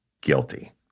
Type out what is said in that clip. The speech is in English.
guilty